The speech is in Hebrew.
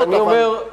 אבל,